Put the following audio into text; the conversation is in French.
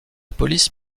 police